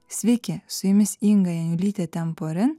sveiki su jumis inga janiulytė temporin